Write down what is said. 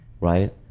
right